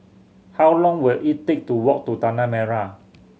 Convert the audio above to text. how long will it take to walk to Tanah Merah